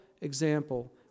example